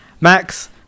max